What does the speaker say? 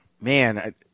man